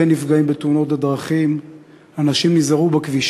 שנפגע שבועיים לפני כן בתאונת דרכים בינו לבין רכב פרטי בכביש